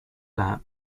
lap